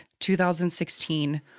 2016